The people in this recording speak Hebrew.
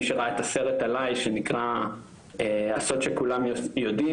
מי שראה את הסרט עליי שנקרא הסוד שכולם יודעים